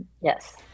Yes